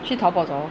去淘宝找